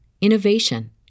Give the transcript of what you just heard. innovation